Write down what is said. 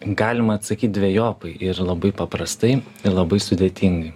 galima atsakyt dvejopai ir labai paprastai ir labai sudėtingai